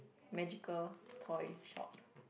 magical toy shop